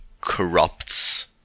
corrupts